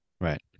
Right